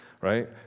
right